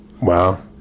wow